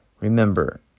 Remember